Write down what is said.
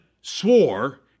swore